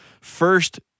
First